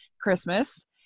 Christmas